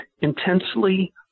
intensely